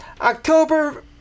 october